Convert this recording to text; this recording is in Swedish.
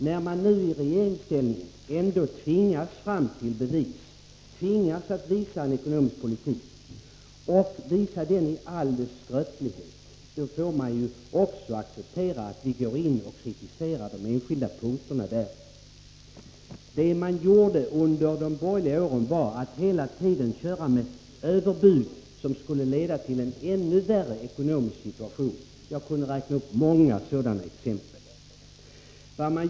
När de nu i regeringsställning ändå tvingas visa sin ekonomiska politik i all dess skröplighet får de acceptera att vi kritiserar enskilda punkter. Vad socialdemokraterna gjorde under de borgerliga regeringsåren var att hela tiden köra med överbud som skulle leda till en ännu värre ekonomisk situation. Jag kan räkna upp många exempel på det.